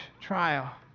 trial